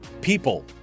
people